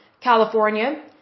California